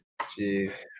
Jeez